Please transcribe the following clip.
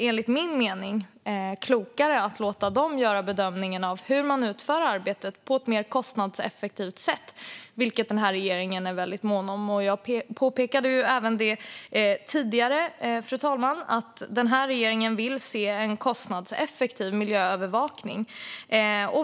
Enligt min mening är det klokare att låta dem göra bedömningen av hur de ska utföra arbetet på ett mer kostnadseffektivt sätt, vilket regeringen är väldigt mån om. Jag påpekade även tidigare, fru talman, att regeringen vill se en kostnadseffektiv miljöövervakning.